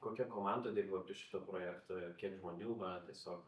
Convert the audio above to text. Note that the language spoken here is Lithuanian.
kokia komanda dirba prie šito projekto ir kiek žmonių na tiesiog